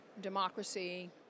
democracy